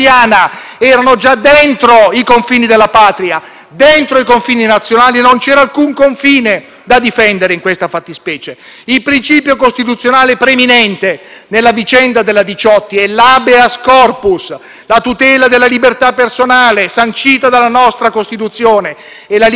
da difendere in questa fattispecie. Il principio costituzionale preminente nella vicenda della nave Diciotti è l'*habeas corpus,* la tutela della libertà personale sancita dalla nostra Costituzione, e la libertà personale di quelle 177 persone è stata compressa senza alcuna ragionevolezza,